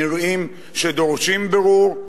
נראים שדורשים בירור,